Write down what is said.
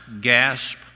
gasp